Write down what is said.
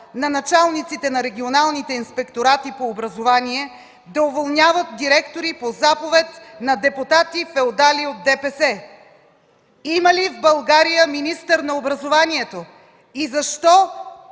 на началниците на регионалните инспекторати по образование да уволняват директори до заповед на депутати-феодали от ДПС? Има ли в България министър на образованието и защо